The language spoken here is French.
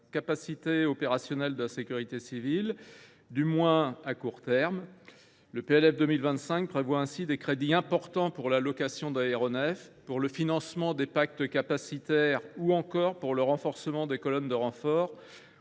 capacités opérationnelles de la sécurité civile, du moins à court terme. Le PLF pour 2025 prévoit ainsi des crédits élevés pour la location d’aéronefs, pour le financement des pactes capacitaires, ou encore pour le renforcement des colonnes de renfort